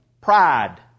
pride